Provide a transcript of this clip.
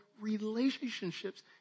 relationships